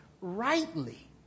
rightly